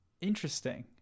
Interesting